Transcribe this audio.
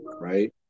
Right